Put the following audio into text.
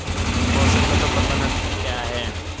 पोषक तत्व प्रबंधन क्या है?